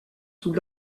sous